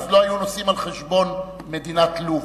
לא היו נוסעים על-חשבון מדינת לוב.